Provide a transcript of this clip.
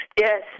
Yes